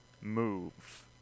move